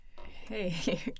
Hey